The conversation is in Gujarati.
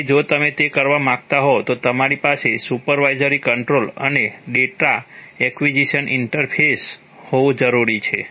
તેથી જો તમે તે કરવા માંગતા હોવ તો તમારી પાસે સુપરવાઇઝરી કંટ્રોલ અને ડેટા એક્વિઝિશન ઇન્ટરફેસ હોવું જરૂરી છે